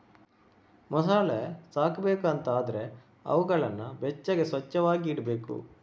ಮೊಸಳೆ ಸಾಕ್ಬೇಕು ಅಂತ ಆದ್ರೆ ಅವುಗಳನ್ನ ಬೆಚ್ಚಗೆ, ಸ್ವಚ್ಚವಾಗಿ ಇಡ್ಬೇಕು